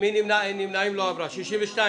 אין הצעה לתיקון החקיקה (13)